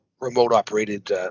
remote-operated